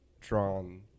drawn